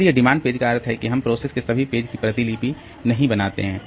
इसलिए demand page का अर्थ है कि हम प्रोसेस के सभी पेज की प्रतिलिपि नहीं बनाते हैं